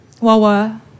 Wawa